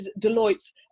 Deloitte's